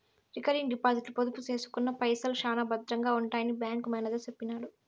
recurring డిపాజిట్ల పొదుపు సేసుకున్న పైసల్ శానా బద్రంగా ఉంటాయని బ్యాంకు మేనేజరు సెప్పినాడు